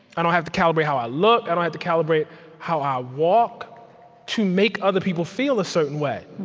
i don't have to calibrate how i look. i don't have to calibrate how i walk to make other people feel a certain way.